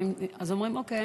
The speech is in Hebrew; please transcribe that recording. אז אומרים: אוקיי,